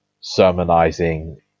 sermonizing